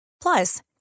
Plus